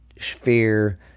Sphere